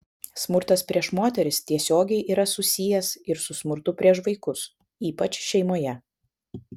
smurtas prieš moteris tiesiogiai yra susijęs ir su smurtu prieš vaikus ypač šeimoje